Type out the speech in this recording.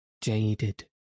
jaded